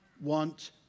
want